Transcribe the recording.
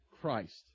Christ